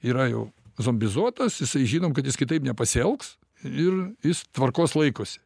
yra jau zombizuotas jisai žinom kad jis kitaip nepasielgs ir jis tvarkos laikosi